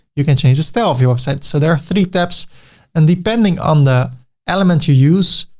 you can change the style of your website. so there are three steps and depending on the elements you use,